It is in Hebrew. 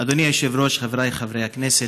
אדוני היושב-ראש, חבריי חברי הכנסת,